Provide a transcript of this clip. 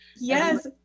Yes